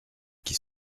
qui